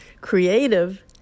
creative